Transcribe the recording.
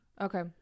Okay